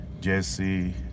Jesse